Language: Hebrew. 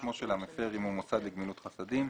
שמו של המפר אם הוא מוסד לגמילות חסדים.